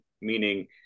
Meaning